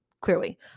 Clearly